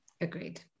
Agreed